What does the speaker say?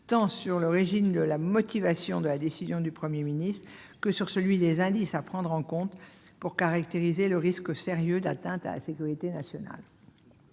tant sur le régime de la motivation de la décision du Premier ministre, que sur celui des indices à prendre en compte pour caractériser le risque sérieux d'atteinte à la sécurité nationale.